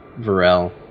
Varel